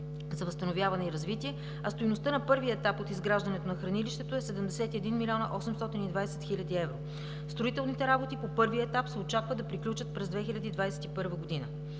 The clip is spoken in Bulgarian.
за възстановяване и развитие, а стойността на първия етап от изграждането на хранилището е 71 млн. 820 хил. евро. Строителните работи по първия етап се очаква да приключат през 2021 г.